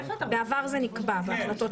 בעבר זה נקבע, בהחלטות קודמות.